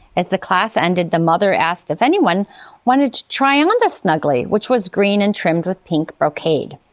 as the class ended, the mother asked if anyone wanted to try on the snugly, which was green and trimmed with pink brocade.